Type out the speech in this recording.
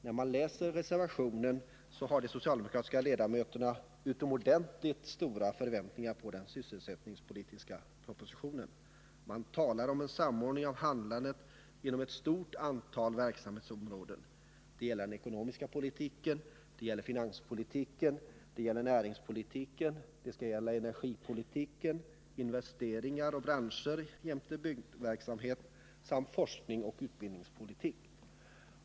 När man läser reservationen finner man att de socialdemokratiska ledamöterna har utomordentligt stora förväntningar på den sysselsättningspolitiska propositionen. Man talar om en samordning av handlandet inom ett stort antal verksamhetsområden. Det gäller den ekonomiska politiken, finanspolitiken och näringspolitiken, och det skall också gälla energipolitiken, investeringar och branscher jämte byggnadsverksamhet samt forskningsoch utbildningspolitik.